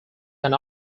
can